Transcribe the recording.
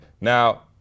Now